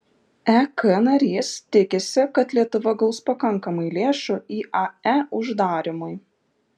ek narys tikisi kad lietuva gaus pakankamai lėšų iae uždarymui